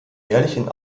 jährlichen